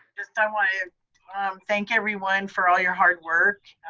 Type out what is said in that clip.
just ah want to thank everyone for all your hard work.